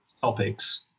Topics